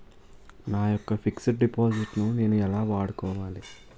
నా యెక్క fixed deposit ను నేను ఎలా వాడుకోవాలి?